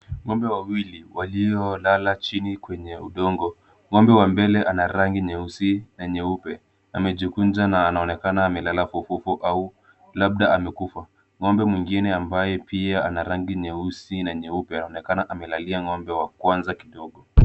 Ng'ombe wawili, walio lala chini kwenye udongo. Ng'ombe wa mbele ana rangi nyeusi na nyeupe, amejikunja na anaonekana na amelala fofofo au labda amekufa. Ngombe mwingine ambaye pia ana rangi nyeusi na nyeupe anaonekana amelalia ng'ombe wa kwanza kidogo.